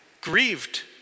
grieved